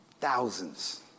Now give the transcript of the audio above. Thousands